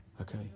Okay